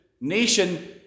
nation